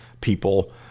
people